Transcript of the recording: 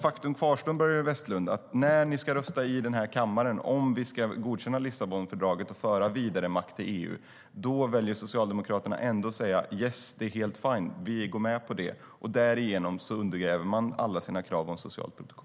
Faktum kvarstår, Börje Vestlund, att när ni ska rösta i kammaren om vi ska godkänna Lissabonfördraget och föra vidare makt till EU väljer Socialdemokraterna att säga: Yes, det är helt fine. Vi går med på det. Därigenom undergräver Socialdemokraterna alla sina krav på ett socialt protokoll.